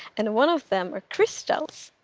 and one of them are crystals.